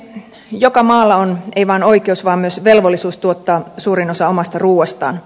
joka maalla on ei vain oikeus vaan myös velvollisuus tuottaa suurin osa omasta ruuastaan